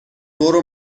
برو